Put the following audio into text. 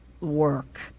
work